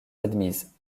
admise